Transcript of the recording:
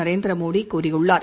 நரேந்திர மோடி கூறியுள்ளார்